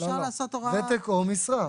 ותק או משרה.